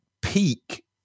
peak